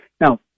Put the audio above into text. Now